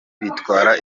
bitwara